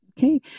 Okay